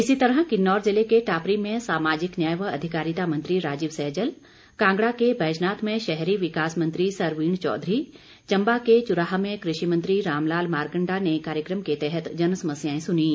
इसी तरह किन्नौर जिले के टापरी में सामाजिक न्याय व अधिकारिता मंत्री राजीव सहजल कांगड़ा के बैजनाथ में शहरी विकास मंत्री सरवीण चौधरी चम्बा के चुराह में कृषि मंत्री रामलाल मारकण्डा ने कार्यक्रम के तहत जन समस्याएं सुनीं